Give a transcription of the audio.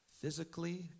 physically